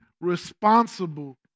responsible